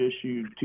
issued